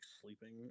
sleeping